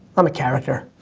um a character.